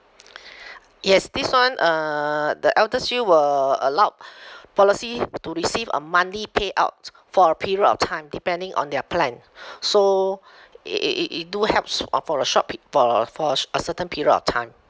yes this [one] uh the eldershield will allowed policy to receive a monthly payouts for a period of time depending on their plan so it it it it do helps uh for a short pe~ for uh for uh sh~ a certain period of time